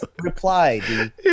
reply